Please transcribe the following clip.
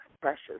precious